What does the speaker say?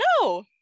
No